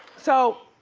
so.